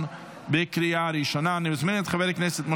חברי הכנסת,